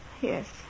Yes